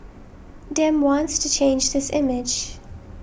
Dem wants to change this image